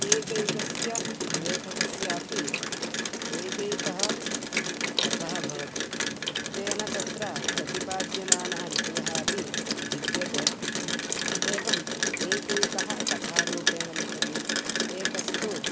एकैकस्य लेखकस्यापि एकैकः रसः भवति तेन तत्र प्रतिपाद्यमानः विषयः अपि भिद्यते एवम् एकैकः कथारूपेण लिखति एकस्तु